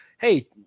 Hey